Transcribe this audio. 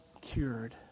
cured